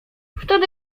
wtedy